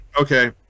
Okay